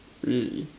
really